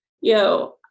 yo